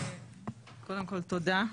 קודם כל, תודה.